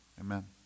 amen